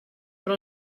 però